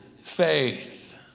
faith